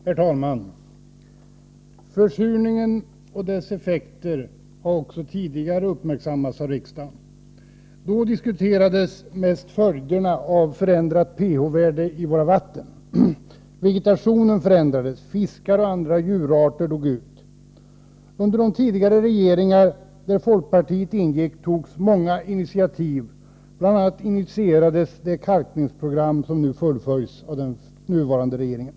Herr talman! Försurningen och dess effekter har också tidigare uppmärksammats av riksdagen. Då diskuterades mest följderna av förändrat pH värde i våra vatten. Vegetationen förändrades, fiskar och andra djurarter dog ut. Under de tidigare regeringar där folkpartiet ingick togs många initiativ. Bl.a. initierades det kalkningsprogram som nu fullföljs av den nuvarande regeringen.